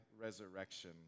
resurrection